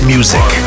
Music